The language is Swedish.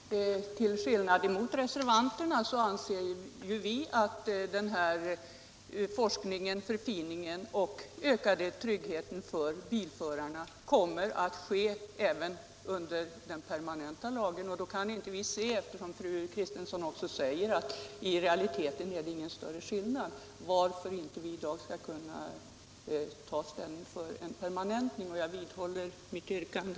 Herr talman! Till skillnad från reservanterna anser vi att forskningen och ökningen av tryggheten för bilförarna kommer att garanteras även med en permanentning av lagen. Då kan vi inte se, och fru Kristensson sade ju själv att det i realiteten inte är någon större skillnad, varför vi i dag inte skulle kunna ta ställning för en permanentning. Jag vidhåller därför mitt yrkande.